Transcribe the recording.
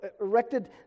erected